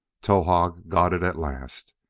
towahg got it at last.